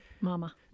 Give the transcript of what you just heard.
mama